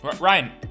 Ryan